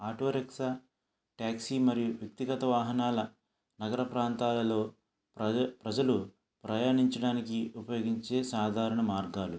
auto rickshaw taxi మరియు వ్యక్తిగత వాహనాల నగర ప్రాంతాలలో ప్రజ ప్రజలు ప్రయాణించడానికి ఉపయోగించే సాధారణ మార్గాలు